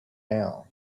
now